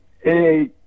Hey